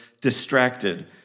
distracted